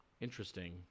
Interesting